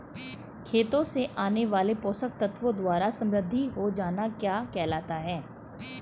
खेतों से आने वाले पोषक तत्वों द्वारा समृद्धि हो जाना क्या कहलाता है?